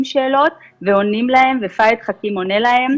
שאלות ועונים להם ופהד חכים עונה להם.